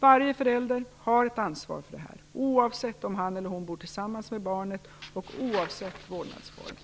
Varje förälder har ett ansvar för detta, oavsett om han eller hon bor tillsammans med barnet och oavsett vårdnadsform.